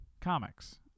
Comics